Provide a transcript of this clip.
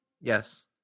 Yes